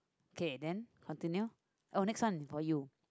okay then continue oh next one for you